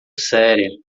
séria